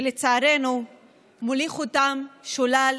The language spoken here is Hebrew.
ולצערנו הוא מוליך אותם שולל,